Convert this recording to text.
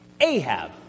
Ahab